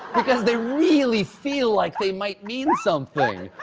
because they really feel like they might mean something.